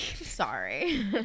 Sorry